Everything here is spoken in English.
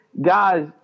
Guys